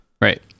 Right